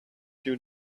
you